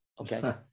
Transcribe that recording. Okay